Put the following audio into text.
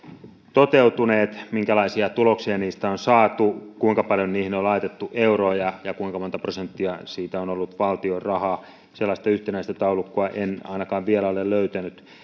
toteutuneet minkälaisia tuloksia niistä on saatu kuinka paljon niihin on laitettu euroja ja kuinka monta prosenttia siitä on ollut valtion rahaa sellaista yhtenäistä taulukkoa en ainakaan vielä ole löytänyt